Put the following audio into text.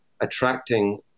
attracting